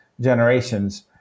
generations